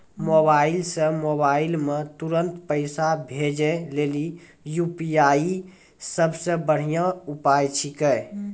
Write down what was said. mobile से mobile मे तुरन्त पैसा भेजे लेली यू.पी.आई सबसे बढ़िया उपाय छिकै